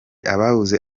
ababuze